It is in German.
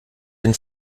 den